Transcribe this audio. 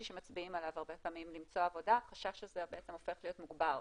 שמצביעים עליו הרבה פעמים למצוא עבודה החשש הזה הופך להיות מוגבר,